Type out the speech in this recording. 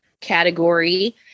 category